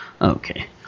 Okay